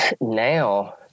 now